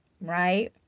right